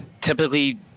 typically